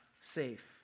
safe